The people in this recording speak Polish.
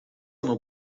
ono